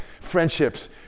friendships